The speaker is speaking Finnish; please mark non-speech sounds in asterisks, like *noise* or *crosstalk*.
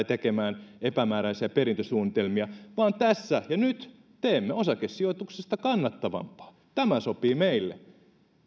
*unintelligible* tekemään epämääräisiä perintösuunnitelmia vaan tässä ja nyt teemme osakesijoituksesta kannattavampaa tämä sopii meille